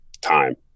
time